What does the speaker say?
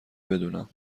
بدونم